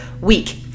week